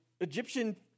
Egyptian